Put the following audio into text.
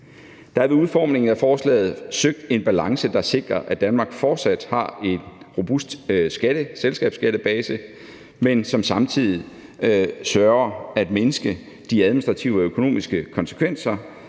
Der er ved udformningen af forslaget søgt en balance, der sikrer, at Danmark fortsat har en robust selskabsskattebase, men at vi samtidig sørger for at få mindsket de administrative og økonomiske konsekvenser